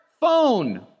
phone